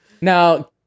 Now